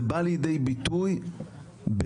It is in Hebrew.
זה בא לידי ביטוי בעקרונות,